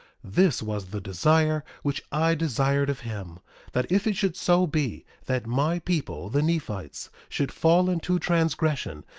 this was the desire which i desired of him that if it should so be, that my people, the nephites, should fall into transgression,